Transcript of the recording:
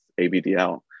ABDL